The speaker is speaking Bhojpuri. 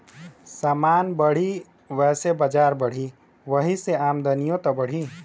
समान बढ़ी वैसे बजार बढ़ी, वही से आमदनिओ त बढ़ी